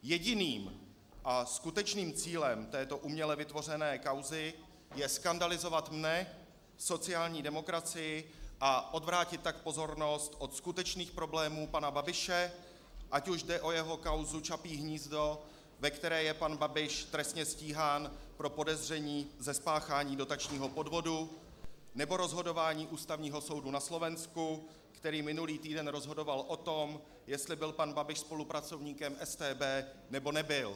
Jediným a skutečným cílem této uměle vytvořené kauzy je skandalizovat mne, sociální demokracii a odvrátit tak pozornost od skutečných problémů pana Babiše, ať už jde o jeho kauzu Čapí hnízdo, ve které je pan Babiš trestně stíhán pro podezření ze spáchání dotačního podvodu, nebo rozhodování Ústavního soudu na Slovensku, který minulý týden rozhodoval o tom, jestli byl pan Babiš spolupracovníkem StB, nebo nebyl.